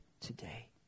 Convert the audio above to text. today